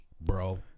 Bro